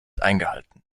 eingehalten